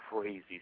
crazy